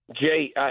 Jay